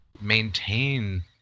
Maintain